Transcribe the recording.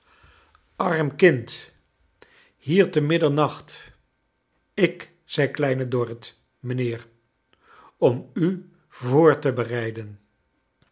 arm kind i hier te middernacht ik zei kleiae dorrit rnijnkeer om u voor te bereiden